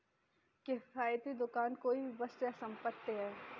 किफ़ायती दुकान कोई भी वस्तु या संपत्ति है